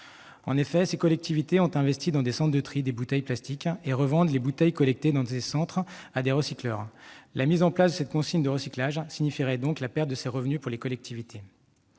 En effet, ces dernières ont investi dans des centres de tri des bouteilles en plastique et revendent les bouteilles collectées dans ces centres à des recycleurs ; la mise en place de la consigne de recyclage signifierait pour elles la perte de ces revenus. Toutefois,